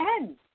end